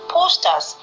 posters